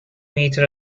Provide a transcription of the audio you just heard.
meter